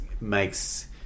makes